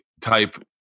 type